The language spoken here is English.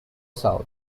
south